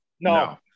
No